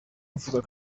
mvuga